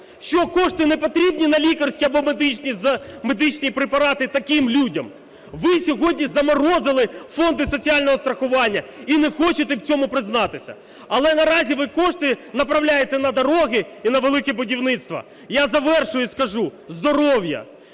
Що кошти не потрібні на лікарські або медичні препарати таким людям? Ви сьогодні заморозили фонди соціального страхування і не хочете в цьому признатися. Але наразі ви кошти направляєте на дороги і на "великі будівництва". Я завершую і скажу. Здоров'я